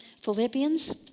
Philippians